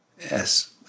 yes